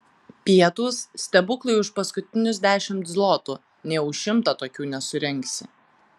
pietūs stebuklai už paskutinius dešimt zlotų nė už šimtą tokių nesurengsi